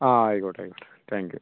ആ ആയിക്കോട്ടെ ആയിക്കോട്ടെ താങ്ക് യു